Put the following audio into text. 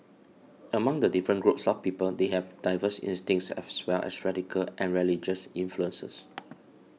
among the different groups of people they have diverse instincts as well as racial and religious influences